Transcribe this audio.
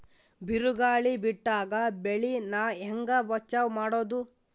ಬಿರುಗಾಳಿ ಬಿಟ್ಟಾಗ ಬೆಳಿ ನಾ ಹೆಂಗ ಬಚಾವ್ ಮಾಡೊದು?